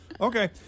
Okay